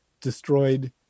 destroyed